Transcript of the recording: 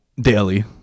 daily